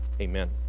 amen